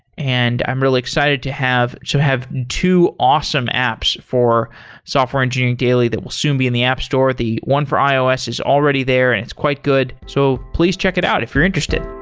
and i'm really excited to have so have two awesome apps for software engineering daily that will soon be in the app store. the one for ios is already there and it's quite good. so please check it out if you're interested.